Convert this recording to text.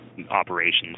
Operations